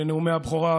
ונאומי בכורה,